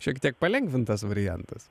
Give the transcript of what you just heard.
šiek tiek palengvintas variantas